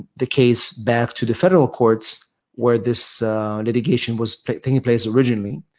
the case back to the federal courts where this litigation was taking place originally.